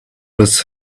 was